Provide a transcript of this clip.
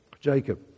jacob